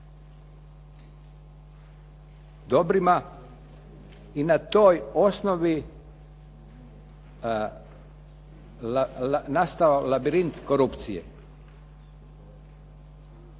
dobrima i na toj osnovi nastao labirint korupcije.